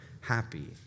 happy